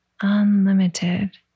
unlimited